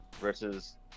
versus